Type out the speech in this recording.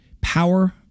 power